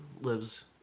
lives